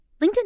linkedin